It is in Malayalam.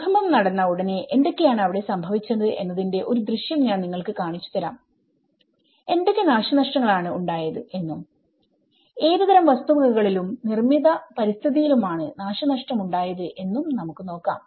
ഭൂകമ്പം നടന്ന ഉടനെ എന്തൊക്കെയാണ് അവിടെ സംഭവിച്ചത് എന്നതിന്റെ ഒരു ദൃശ്യം ഞാൻ നിങ്ങൾക്ക് കാണിച്ചുതരാം എന്തൊക്കെ നാശനഷ്ടങ്ങൾ ആണ് ഉണ്ടായത് എന്നും ഏതുതരം വസ്തുവകകളിലുംനിർമ്മിത പരിസ്ഥിതിയിലും ആണ് നാശനഷ്ടമുണ്ടായത് എന്നും നമുക്ക് നോക്കാം